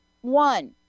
one